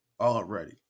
already